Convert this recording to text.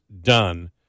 done